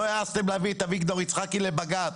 לא העזתם להביא את אביגדור יצחקי לבג"ץ.